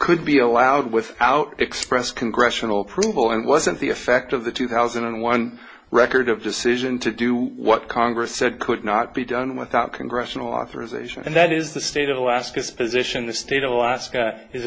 could be allowed with out express congressional approval and wasn't the effect of the two thousand and one record of decision to do what congress said could not be done without congressional authorization and that is the state of alaska's position the state of alaska is